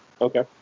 Okay